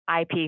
IP